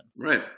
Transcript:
Right